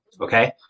Okay